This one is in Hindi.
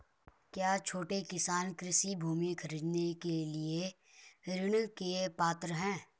क्या छोटे किसान कृषि भूमि खरीदने के लिए ऋण के पात्र हैं?